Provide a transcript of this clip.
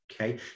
okay